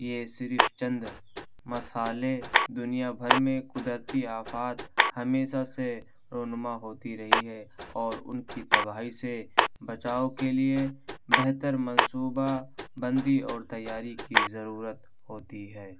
یہ صرف چند مثالے دنیا بھر میں قدرتی آفات ہمیشہ سے رونما ہوتی رہی ہے اور ان کی تباہی سے بچاؤ کے لیے بہتر منصوبہ بندی اور تیّاری کی ضرورت ہوتی ہے